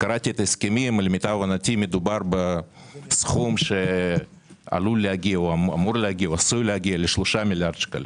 קראתי את ההסכמים מדובר בסכום שעלול או עשוי להגיע ל-3 מיליארד שקלים.